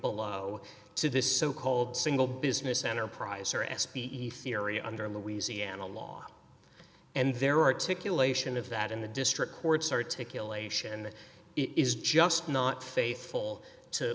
below to this so called single business enterprise or s b e theory under louisiana law and their articulation of that in the district court's articulation is just not faithful to